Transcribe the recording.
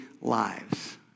lives